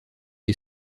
est